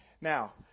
Now